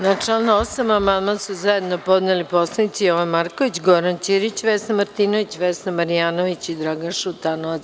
Na član 8. amandman su zajedno podneli narodni poslanici Jovan Marković, Goran Ćirić, Vesna Martinović, Vesna Marjanović i Dragan Šutanovac.